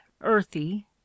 earthy